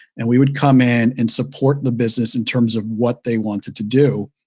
and we would come in and support the business in terms of what they wanted to do.